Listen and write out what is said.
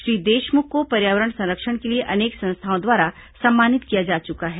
श्री देशमुख को पर्यावरण संरक्षण के लिए अनेक संस्थाओं द्वारा सम्मानित किया जा चुका है